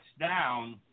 down